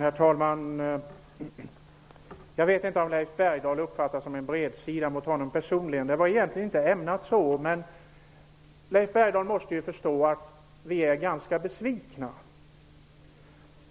Herr talman! Jag vet inte om Leif Bergdahl uppfattar det jag sade som en bredsida mot honom personligen -- det var egentligen inte meningen. Men Leif Bergdahl måste förstå att vi är ganska besvikna.